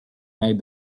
like